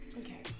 Okay